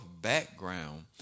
background